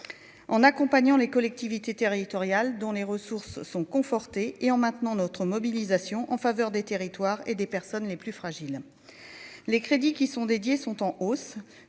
en accompagnant les collectivités territoriales dont les ressources sont confortés et en maintenant notre mobilisation en faveur des territoires et des personnes les plus fragiles, les crédits qui sont dédiés sont en hausse